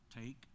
take